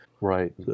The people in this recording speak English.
Right